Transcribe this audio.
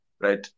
right